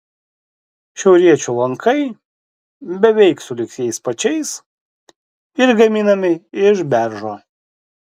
šiauriečių lankai beveik sulig jais pačiais ir gaminami iš beržo